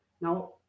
Now